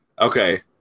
Okay